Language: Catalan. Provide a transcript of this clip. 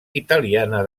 italiana